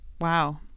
Wow